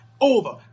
over